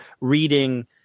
reading